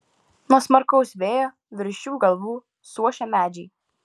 nuo smarkaus vėjo virš jų galvų suošia medžiai